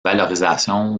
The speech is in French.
valorisation